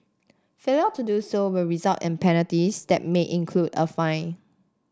failure to do so will result in penalties that may include a fine